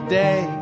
day